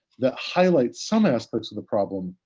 that highlights some aspects of the problem,